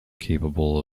capable